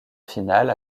finale